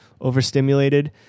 overstimulated